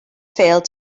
failed